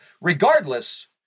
regardless